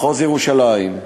מחוז ירושלים,